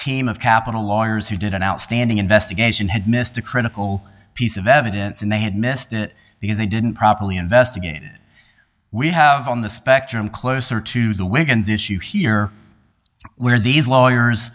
team of capital lawyers who did an outstanding investigation had missed a critical piece of evidence and they had missed it because they didn't properly investigate it we have on the spectrum closer to the wickens issue here where these lawyers